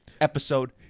episode